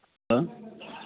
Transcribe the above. ಹಾಂ